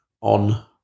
on